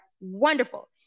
wonderful